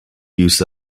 use